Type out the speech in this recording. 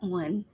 one